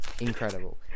Incredible